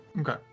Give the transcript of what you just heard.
Okay